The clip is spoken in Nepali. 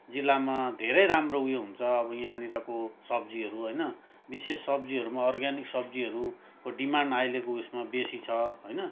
जिल्लामा धेरै राम्रो उयो हुन्छ अब यहाँनिरको सब्जीहरू होइन विशेष सब्जीहरूमा अर्ग्यानिक सब्जीहरूको डिमान्ड अहिलेको उइसमा बेसी छ होइन